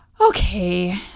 Okay